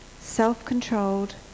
self-controlled